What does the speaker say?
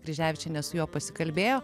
kryževičienė su juo pasikalbėjo